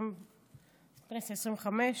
הכנסת העשרים-וחמש?